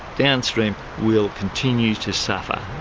downstream will continue to suffer.